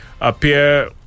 appear